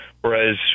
whereas